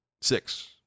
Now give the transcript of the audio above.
six